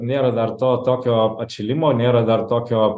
nėra dar to tokio atšilimo nėra dar tokio